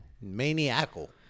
Maniacal